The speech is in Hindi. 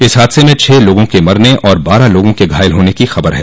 इस हादसे में छः लोगों के मरने और बारह लोगों के घायल होने की खबर है